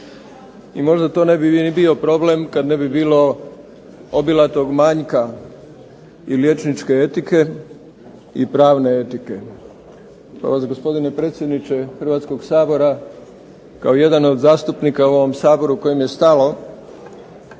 i možda to ne bi ni bio problem kada ne bi bilo obilatog manjka i liječničke etike i pravne etike. To vas gospodine predsjedniče Hrvatskog sabora kao jednog od zastupnika u ovom Saboru kojem je stalo